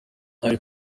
ari